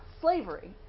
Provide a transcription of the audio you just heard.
slavery